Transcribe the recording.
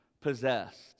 possessed